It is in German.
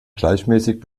gleichmäßig